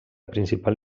principal